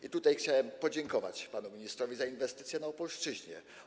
I tutaj chciałbym podziękować panu ministrowi za inwestycję na Opolszczyźnie.